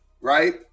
right